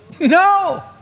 No